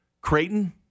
Creighton